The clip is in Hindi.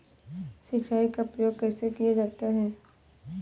सिंचाई का प्रयोग कैसे किया जाता है?